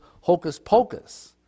hocus-pocus